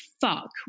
fuck